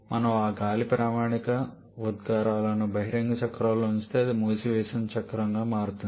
మనము ఆ గాలి ప్రామాణిక ఉద్గారాలను బహిరంగ చక్రంలో ఉంచితే అది మూసివేసిన చక్రంగా మారుతుంది